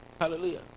hallelujah